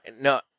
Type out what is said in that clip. no